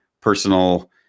personal